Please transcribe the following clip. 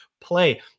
play